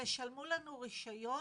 תשלמו לנו רישיון,